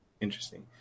interesting